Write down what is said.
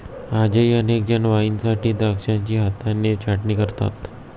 आजही अनेक जण वाईनसाठी द्राक्षांची हाताने छाटणी करतात